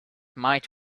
might